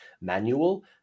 manual